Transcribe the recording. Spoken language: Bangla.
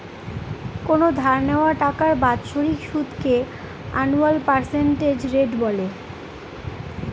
কোনো ধার নেওয়া টাকার বাৎসরিক সুদকে আনুয়াল পার্সেন্টেজ রেট বলে